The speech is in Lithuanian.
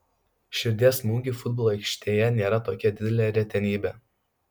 širdies smūgiai futbolo aikštėje nėra tokia didelė retenybė